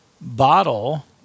bottle